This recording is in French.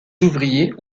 ouvriers